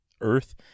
Earth